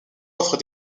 offre